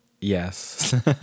Yes